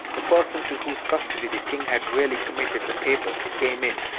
the person to whose custody the king had really committed the papers came in,